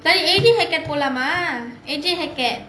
சரி:sari A_J Hackett போலாமா:poolaamaa A_J Hackett